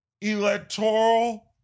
electoral